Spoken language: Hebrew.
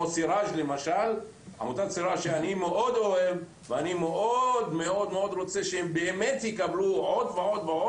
עמותת סיראז' למשל שאני מאוד אוהב ורוצה שהם יקבלו עוד ועוד,